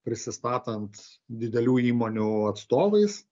prisistatant didelių įmonių atstovais